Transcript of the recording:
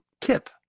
tip